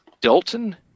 Dalton